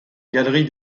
galerie